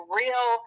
real